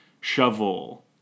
shovel